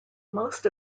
most